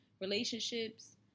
relationships